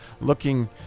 looking